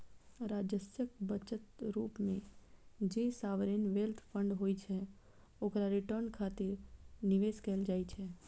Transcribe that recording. राज्यक बचत रूप मे जे सॉवरेन वेल्थ फंड होइ छै, ओकरा रिटर्न खातिर निवेश कैल जाइ छै